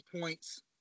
points